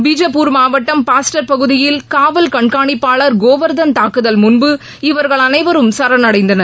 பீஜப்பூர் மாவட்டம் பாஸ்டர் பகுதியில் காவல் கண்காணிப்பாளர் கோவர்தன் தாக்குதல் முன்பு இவர்கள் அனைவரும் சரணடைந்தனர்